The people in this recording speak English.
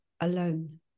alone